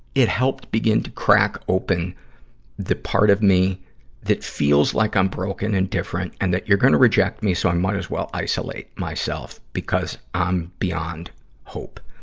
it helped begin to crack open the part of me that feels like i'm broken and different and that you're gonna reject me so i might as well isolate myself, because i'm beyond hope.